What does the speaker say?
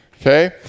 Okay